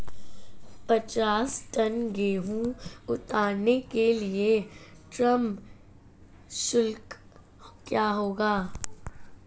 पचास टन गेहूँ उतारने के लिए श्रम शुल्क क्या होगा?